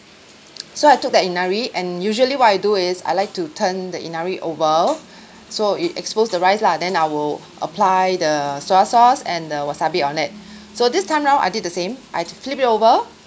so I took that inari and usually what I do is I like to turn the inari over so it expose the rice lah then I will apply the soya sauce and the wasabi on it so this time round I did the same I t~ flip it over